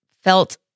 felt